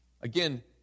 Again